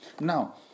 Now